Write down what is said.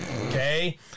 Okay